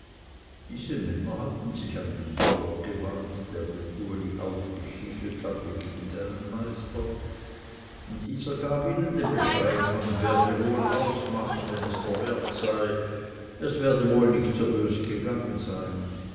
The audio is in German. diese männer hatten sich an den bauer gewandt der den uli aufgestiefelt hatte gegen seinen meister und dieser gab ihnen den bescheid man werde wohl ausmachen wenn es der wert sei es werde wohl nicht so bös gegangen sein